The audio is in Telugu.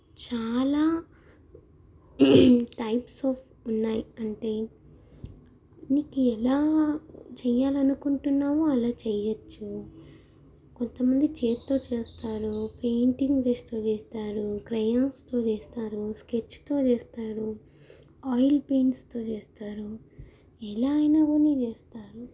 చాలా టైప్స్ ఆఫ్ ఉన్నాయి అంటే నీకు ఎలా చేయాలని అనుకుంటున్నావో అలా చెయ్యవచ్చు కొంతమంది చేతితో చేస్తారు పెయింటింగ్ బ్రష్తో చేస్తారు క్రెయాన్స్తో చేస్తారు స్కెచ్తో చేస్తారు ఆయిల్ పెయింట్స్తో చేస్తారు ఎలా అయినా కానీ చేస్తారు